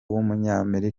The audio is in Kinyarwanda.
w’umunyakameruni